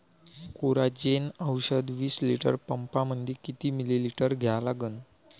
Coragen औषध विस litre पंपामंदी किती मिलीमिटर घ्या लागन?